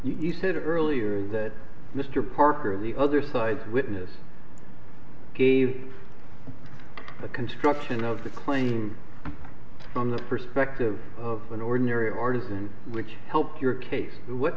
while you said earlier that mr parker the other side's witness gave the construction of the claim from the perspective of an ordinary artisan which helped your case what